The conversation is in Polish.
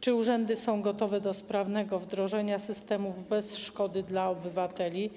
Czy urzędy są gotowe do sprawnego wdrożenia systemu bez szkody dla obywateli